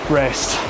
rest